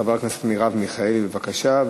חברת הכנסת מרב מיכאלי, בבקשה.